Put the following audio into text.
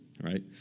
Right